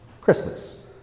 Christmas